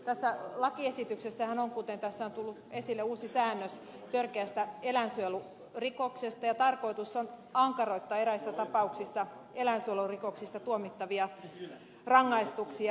tässä lakiesityksessähän on kuten tässä on tullut esille uusi säännös törkeästä eläinsuojelurikoksesta ja tarkoitus on ankaroittaa eräissä tapauksissa eläinsuojelurikoksista tuomittavia rangaistuksia